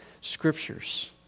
Scriptures